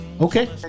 Okay